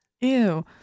Ew